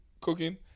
Cooking